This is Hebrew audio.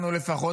לנו לפחות,